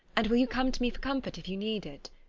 and will you come to me for comfort if you need it?